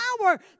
power